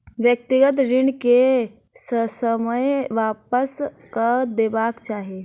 व्यक्तिगत ऋण के ससमय वापस कअ देबाक चाही